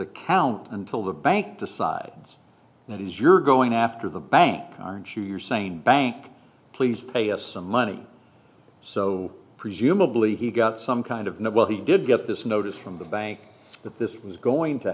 account until the bank decides that is you're going after the bank aren't you you're saying bank please pay us some money so presumably he got some kind of know well he did get this notice from the bank that this was going to